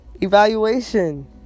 Evaluation